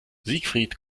siegfried